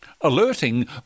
Alerting